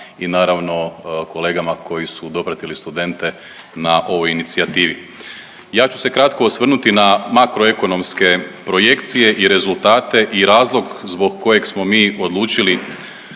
i naravno kolegama koji su dopratili studente na ovoj inicijativi. Ja ću se kratko osvrnuti na makroekonomske projekcije i rezultate i razlog zbog kojeg smo mi odlučili